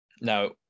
Now